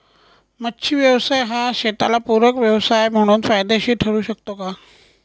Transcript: मच्छी व्यवसाय हा शेताला पूरक व्यवसाय म्हणून फायदेशीर ठरु शकतो का?